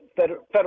federal